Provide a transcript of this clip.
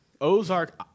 Ozark